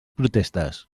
protestes